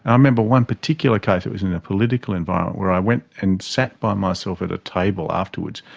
um remember one particular case it was in a political environment where i went and sat by myself at a table afterwards,